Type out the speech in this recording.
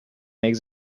make